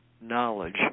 knowledge